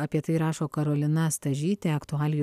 apie tai rašo karolina stažytė aktualijų